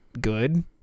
good